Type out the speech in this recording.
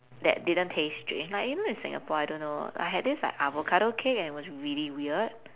that didn't taste strange like you know in singapore I don't know I had this like avocado cake and it was really weird